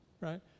Right